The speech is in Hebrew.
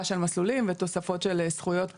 של מסלולים ותוספות של זכויות בנייה.